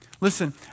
Listen